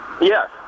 Yes